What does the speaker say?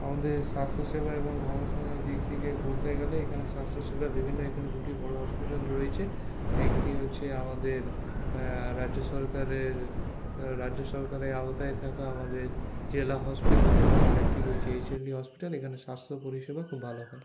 আমাদের স্বাস্থ্যসেবা এবং গবেষণা দিক থেকে বলতে গেলে এখানে স্বাস্থ্যসেবা বিভিন্ন দুটি বড় হয় হসপিটাল রয়েছে একটি হচ্ছে আমাদের রাজ্য সরকারের রাজ্য সরকারের আওতায় থাকা আমাদের জেলা হসপিটাল এবং আরেকটি রয়েছে এইচএমভি হসপিটাল এখানে স্বাস্থ্য পরিষেবা খুব ভালো হয়